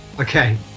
okay